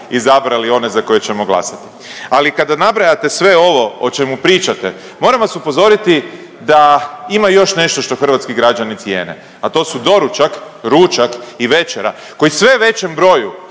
izabrali one za koje ćemo glasati. Ali kada nabrajate sve ovo o čemu pričate moram vas upozoriti da ima još nešto što hrvatski građani cijene, a to su doručak, ručak i večera koji sve većem broju